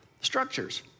structures